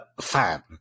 fan